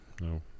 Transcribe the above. no